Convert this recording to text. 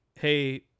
Hey